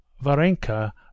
Varenka